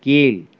கீழ்